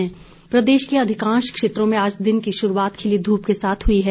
मौसम प्रदेश के अधिकांश क्षेत्रों में आज दिन की शुरुआत खिली धूप के साथ हुई है